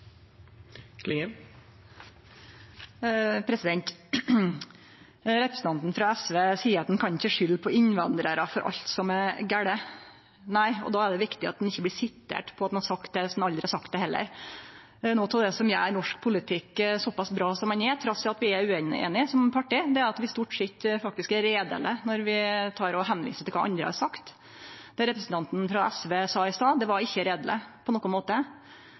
Nei, og da er det viktig at ein ikkje blir sitert på at ein har sagt det, når ein aldri har sagt det. Noko av det som gjer norsk politikk såpass bra som han er, trass i at vi er ueinige som parti, er at vi stort sett faktisk er heiderlege når vi viser til kva andre har sagt. Det representanten frå SV sa i stad, var ikkje heiderleg på nokon måte.